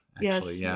Yes